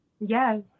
yes